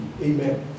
Amen